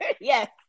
Yes